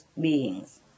beings